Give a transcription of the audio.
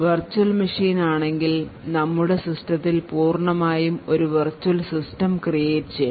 virtual machine ആണെങ്കിൽ നമ്മുടെ സിസ്റ്റത്തിൽ പൂർണമായും ഒരു വെർച്വൽ സിസ്റ്റം ക്രീയേറ്റ് ചെയ്യണം